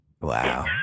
Wow